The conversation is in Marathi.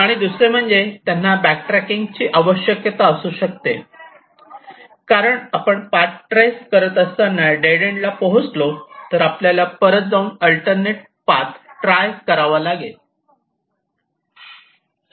आणि दुसरे म्हणजे त्यांना बॅकट्रॅकिंगची आवश्यकता असू शकते कारण आपण पाथ ट्रेस करत असताना डेड एन्ड ला पोहोचलो तर आपल्याला परत जाऊन अल्टरनेट पाथ ट्राय करावा लागेल